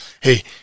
Hey